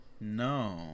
No